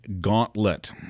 Gauntlet